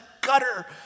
gutter